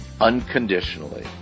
unconditionally